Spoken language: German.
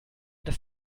dass